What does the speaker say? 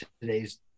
today's